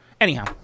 Anyhow